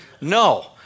No